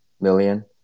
million